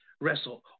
wrestle